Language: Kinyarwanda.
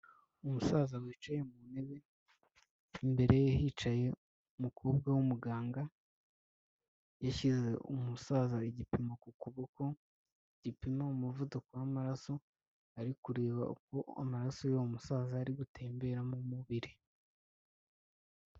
Umusaza wicaye mu ntebe imbere ye hicaye umukobwa w'umuganga yashyize umusaza igipimo ku kuboko gipima umuvuduko w'amaraso ari kureba uko amaraso y'uwo musaza ari gutembera mu mubiri.